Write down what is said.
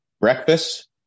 breakfast